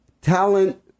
talent